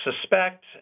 suspect